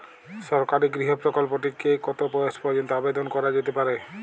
সরকারি গৃহ প্রকল্পটি তে কত বয়স পর্যন্ত আবেদন করা যেতে পারে?